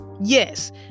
Yes